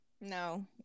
no